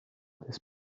this